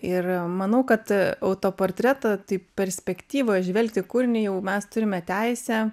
ir manau kad autoportretą tai perspektyvoj įžvelgti kūrinį jau mes turime teisę